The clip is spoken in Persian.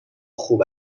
خوب